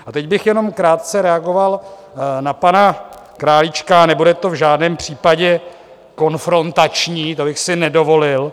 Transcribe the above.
A teď bych jenom krátce reagoval na pana Králíčka, nebude to v žádném případě konfrontační, to bych si nedovolil.